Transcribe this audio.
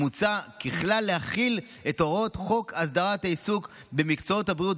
מוצע ככלל להחיל את הוראות חוק הסדרת העיסוק במקצועות הבריאות